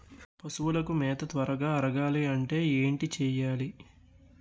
పశువులకు మేత త్వరగా అరగాలి అంటే ఏంటి చేయాలి?